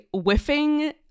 whiffing